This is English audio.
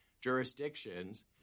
jurisdictions